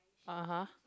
(uh huh)